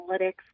analytics